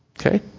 Okay